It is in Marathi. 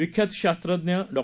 विख्यात शास्त्रज्ञ डॉ